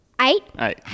Eight